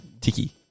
Tiki